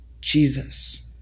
Jesus